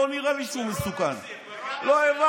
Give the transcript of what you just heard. לא נראה לי שהוא מסוכן.